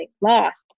lost